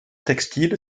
textile